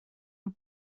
nhw